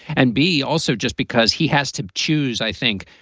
and b, also just because he has to choose, i think,